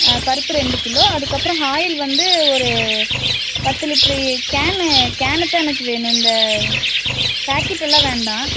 பருப்பு ரெண்டு கிலோ அதுக்கு அப்புறோம் ஆயில் வந்து ஒரு பத்து லிட்ரு கேனு கேனு தான் எனக்கு வேணும் இந்த பேக்கெட்டெல்லாம் வேண்டாம்